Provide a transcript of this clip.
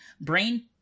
Brain